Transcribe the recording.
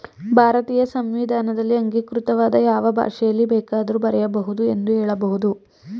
ಭಾರತೀಯ ಸಂವಿಧಾನದಲ್ಲಿ ಅಂಗೀಕೃತವಾದ ಯಾವ ಭಾಷೆಯಲ್ಲಿ ಬೇಕಾದ್ರೂ ಬರೆಯ ಬಹುದು ಎಂದು ಹೇಳಬಹುದು